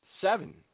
seven